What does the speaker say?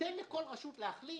תן לכל רשות להחליט